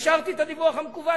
אישרתי את הדיווח המקוון,